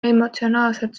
emotsionaalselt